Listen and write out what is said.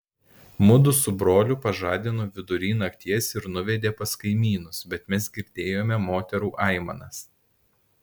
mudu su broliu pažadino vidury nakties ir nuvedė pas kaimynus bet mes girdėjome moterų aimanas